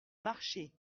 marché